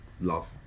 love